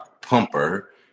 pumper